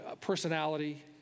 personality